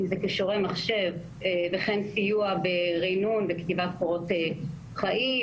כישורי מחשב וכן סיוע בריענון ובכתיבת קורות חיים,